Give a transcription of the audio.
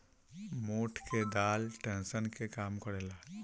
मोठ के दाल टेंशन के कम करेला